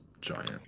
giant